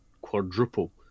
quadruple